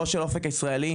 או של אופק הישראלי,